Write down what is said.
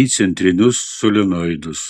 į centrinius solenoidus